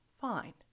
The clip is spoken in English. fine